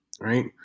right